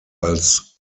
als